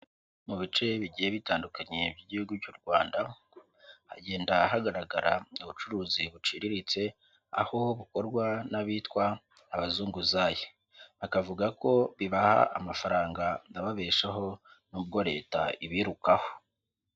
Mu bice bigiye bitandukanye by'igihugu cy'u Rwanda, hagenda hagaragara ubucuruzi buciriritse, aho bukorwa n'abitwa abazunguzayi, bakavuga ko bibaha amafaranga ababeshaho nubwo leta ibirukaho.